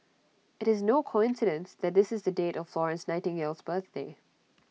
IT is no coincidence that this is the date of Florence Nightingale's birthday